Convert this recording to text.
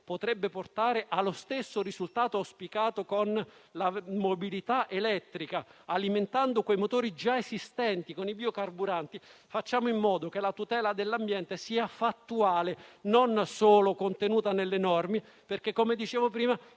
potrebbe portare allo stesso risultato auspicato con la mobilità elettrica, alimentando i motori già esistenti con i biocarburanti, facciamo in modo che la tutela dell'ambiente sia fattuale e non solo contenuta nelle norme, perché - come dicevo prima